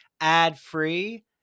ad-free